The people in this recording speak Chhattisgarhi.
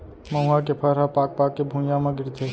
मउहा के फर ह पाक पाक के भुंइया म गिरथे